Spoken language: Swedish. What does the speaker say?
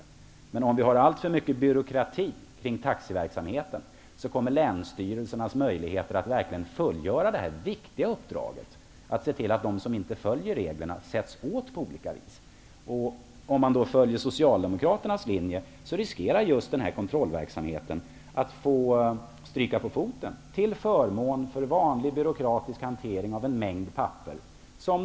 Om vi följer Socialdemokraternas linje och har allt för mycket byråkrati kring taxiverksamheten finns risk för att länsstyrelsernas möjligheter att verkligen fullgöra detta viktiga uppdrag får stryka på foten, till förmån för vanlig byråkratisk hantering av en mängd papper.